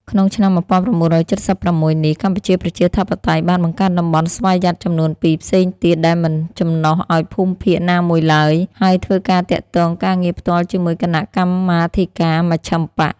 ក្នុងឆ្នាំ១៩៧៦នេះ កម្ពុជាប្រជាធិបតេយ្យបានបង្កើតតំបន់ស្វយ័តចំនួនពីរផ្សេងទៀតដែលមិនចំណុះឱ្យភូមិភាគ ណាមួយឡើយ ហើយធ្វើការទាក់ទងការងារផ្ទាល់ជាមួយគណៈកម្មាធិការមជ្ឈិមបក្ស។